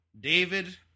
David